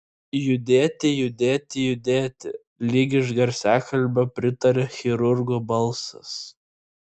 judėti judėti judėti lyg iš garsiakalbio pritaria chirurgo balsas